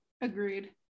Agreed